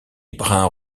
brun